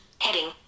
Heading